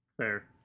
Fair